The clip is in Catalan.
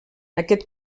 aquest